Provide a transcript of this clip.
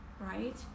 right